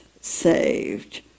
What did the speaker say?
saved